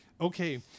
Okay